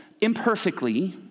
imperfectly